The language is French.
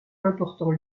important